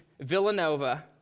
Villanova